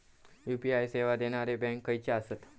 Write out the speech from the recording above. UPI सेवा देणारे bank खयचे आसत?